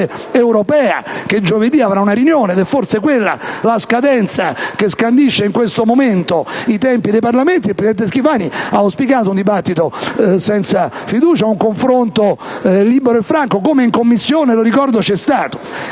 europea, che giovedì avrà una riunione, ed è forse questa la scadenza che scandisce in questo momento i tempi dei Parlamenti), il presidente Schifani ha auspicato un dibattito senza fiducia, un confronto libero e franco, come in Commissione c'è stato.